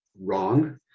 wrong